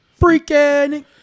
Freaking